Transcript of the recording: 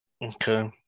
Okay